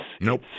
Nope